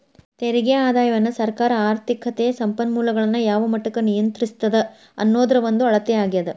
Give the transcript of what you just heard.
ತೆರಿಗೆ ಆದಾಯವನ್ನ ಸರ್ಕಾರ ಆರ್ಥಿಕತೆ ಸಂಪನ್ಮೂಲಗಳನ್ನ ಯಾವ ಮಟ್ಟಕ್ಕ ನಿಯಂತ್ರಿಸ್ತದ ಅನ್ನೋದ್ರ ಒಂದ ಅಳತೆ ಆಗ್ಯಾದ